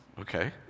okay